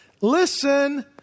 listen